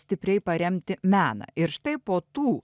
stipriai paremti meną ir štai po tų